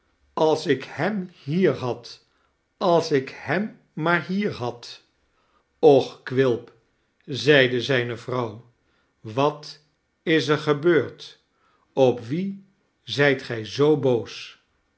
als ik hem hier had als ik hem maar hier had och quilp zeide zijne vrouw wat is er gebeurd op wien zijt gij zoo boos